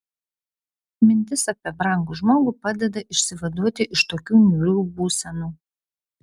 mintis apie brangų žmogų padeda išsivaduoti iš tokių niūrių būsenų